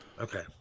Okay